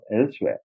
elsewhere